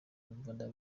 nkumva